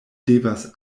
devas